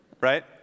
Right